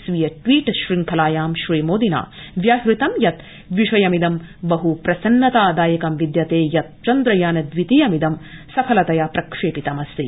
स्वीय ट्वीट श्रंखलायां श्री मोदिना व्याहृतं यत विषयमिदं बह प्रसन्नतादायकं विदयते यत चन्द्रयान दवितीयमिदं सफलतया प्रक्षेपितमस्ति